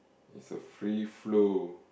it's a free flow